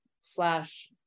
slash